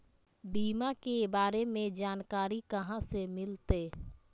बीमा के बारे में जानकारी कहा से मिलते?